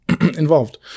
involved